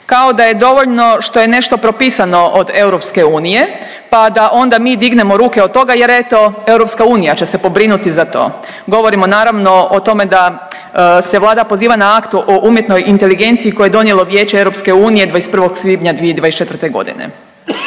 Kao da je dovoljno što je nešto propisano od EU, pa da onda mi dignemo ruke od toga, jer eto EU će se pobrinuti za to. Govorimo naravno o tome da se Vlada poziva na akt o umjetnoj inteligenciji koje je donijelo Vijeće EU 21. svibnja 2024. godine.